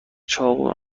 چاقو